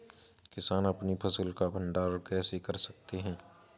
किसान अपनी फसल का भंडारण कैसे कर सकते हैं?